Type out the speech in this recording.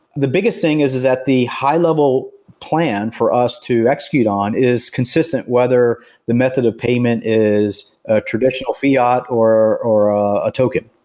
the biggest thing is is that the high-level plan for us to execute on is consistent, whether the method of payment is a traditional fiat, or or ah a token,